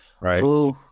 Right